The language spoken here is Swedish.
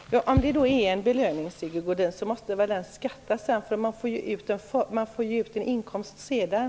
Herr talman! Om det då är en belöning, Sigge Godin, så måste väl den beskattas - man får ju ut en inkomst sedan.